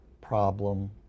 problem